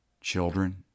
children